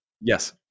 Yes